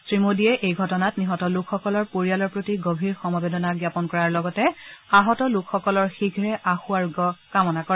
শ্ৰীমোডীয়ে এই ঘটনাত নিহত লোকসকলৰ পৰিয়ালৰ প্ৰতি গভীৰ সমবেদনা জ্ঞাপন কৰাৰ লগতে আহত লোকসকলৰ শীঘ্ৰে আশু আৰোগ্য কামনা কৰে